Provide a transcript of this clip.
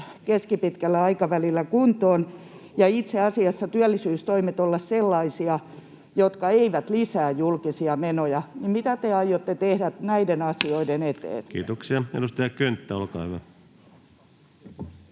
keskipitkällä aikavälillä kuntoon ja itse asiassa työllisyystoimien olla sellaisia, jotka eivät lisää julkisia menoja, niin mitä te aiotte tehdä näiden asioiden suhteen. [Speech 121] Speaker: